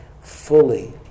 fully